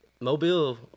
Mobile